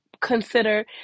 consider